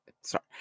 sorry